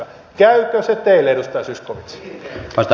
käyvätkö ne teille edustaja zyskowicz